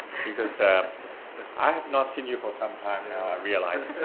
because i have not seen you for some time now i realize.